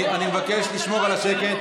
אני מבקש לשמור על השקט.